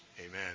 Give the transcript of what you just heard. Amen